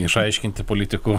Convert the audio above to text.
išaiškinti politikų